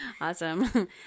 Awesome